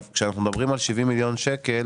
כאשר אנחנו מדברים על 70 מיליון שקלים,